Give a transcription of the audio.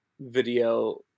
video